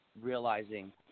realizing